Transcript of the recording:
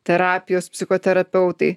terapijos psichoterapeutai